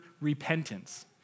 repentance